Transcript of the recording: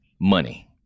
money